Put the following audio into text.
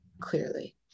clearly